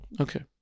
Okay